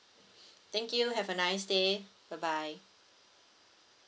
thank you have a nice day bye bye